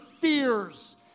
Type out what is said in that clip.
fears